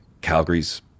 Calgary's